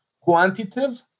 quantitative